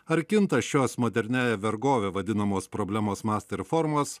ar kinta šios moderniąja vergove vadinamos problemos mastą ir formas